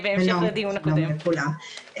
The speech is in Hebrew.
שלום לכולם,